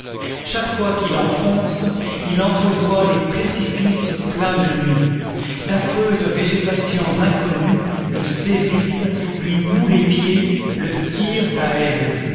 chaque fois qu'il enfonce il entrevoit des précipices pleins de nuit d'affreuses végétations inconnues le saisissent lui nouent les pieds le tirent à elles